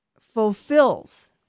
fulfills